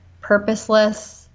purposeless